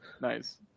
Nice